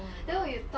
oh my god